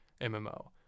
MMO